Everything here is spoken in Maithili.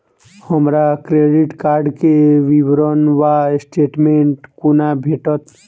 हमरा क्रेडिट कार्ड केँ विवरण वा स्टेटमेंट कोना भेटत?